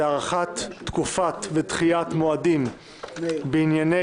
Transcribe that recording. היא: הארכת תקופות ודחיית מועדים בענייני